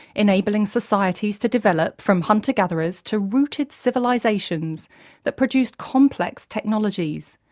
enabling societies to develop from hunter-gathers to rooted civilizations that produced complex technologies.